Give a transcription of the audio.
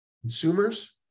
Consumers